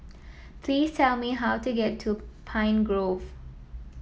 please tell me how to get to Pine Grove